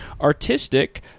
Artistic